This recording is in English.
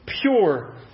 pure